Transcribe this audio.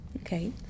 Okay